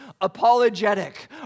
apologetic